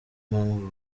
mpamvu